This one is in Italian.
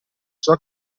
ciò